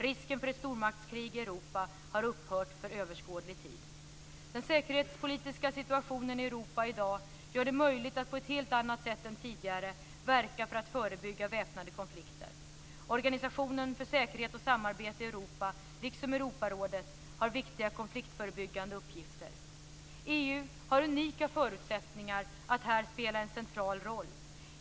Risken för ett stormaktskrig i Europa har upphört för överskådlig tid. Den säkerhetspolitiska situationen i Europa i dag gör det möjligt att på ett helt annat sätt än tidigare verka för att förebygga väpnade konflikter. Organisationen för säkerhet och samarbete i Europa liksom Europarådet har viktiga konfliktförebyggande uppgifter. EU har unika förutsättningar att här spela en central roll.